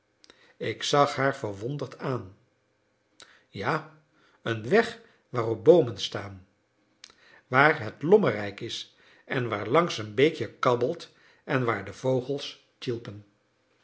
ik zag haar verwonderd aan ja een weg waarop boomen staan waar het lommerrijk is en waarlangs een beekje kabbelt en waar de vogels tjilpen